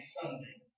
Sunday